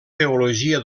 teologia